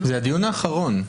זה הדיון האחרון.